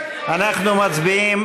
יעקב פרי,